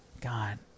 god